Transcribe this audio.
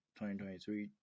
2023